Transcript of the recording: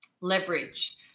leverage